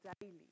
daily